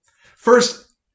First